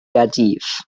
gaerdydd